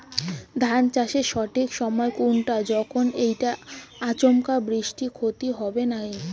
ধান চাষের সঠিক সময় কুনটা যখন এইটা আচমকা বৃষ্টিত ক্ষতি হবে নাই?